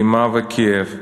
אימה וכאב.